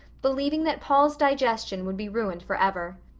believing that paul's digestion would be ruined for ever.